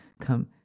come